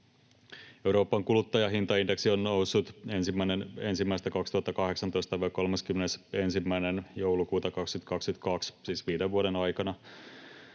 Euroopan kuluttajahintaindeksi on noussut 1.1.2018—31.12.2022 välisenä aikana,